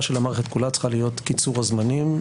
של המערכת כולה צריכה להיות קיצור הזמנים,